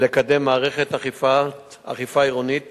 לקדם מערכת אכיפה עירונית